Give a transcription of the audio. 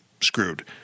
screwed